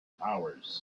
powers